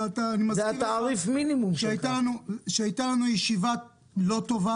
אני מזכיר לך שהייתה לנו ישיבה לא טובה